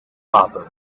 proverbs